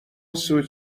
سویت